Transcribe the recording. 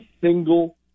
single